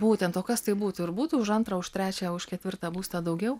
būtent o kas tai buvo ar būtų už antrą už trečiąją už ketvirtą būstą daugiau